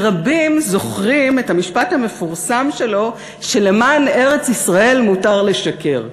כי רבים זוכרים את המשפט המפורסם שלו שלמען ארץ-ישראל מותר לשקר.